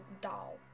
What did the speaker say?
doll